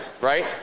Right